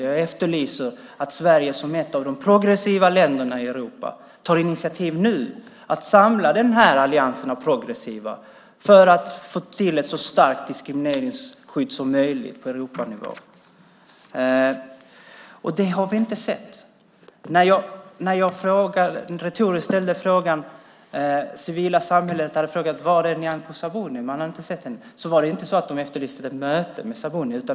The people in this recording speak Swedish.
Jag efterlyser att Sverige som ett av de progressiva länderna i Europa tar initiativ nu för att samla den här alliansen av progressiva länder för att få ett så starkt diskrimineringsskydd som möjligt på Europanivå. Det har vi inte sett. När jag retoriskt ställde frågan var i det civila samhället Nyamko Sabuni är, för man hade inte sett henne, var det inte så att det efterlystes ett möte med Sabuni.